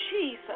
Jesus